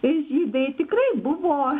ir žydai tikrai buvo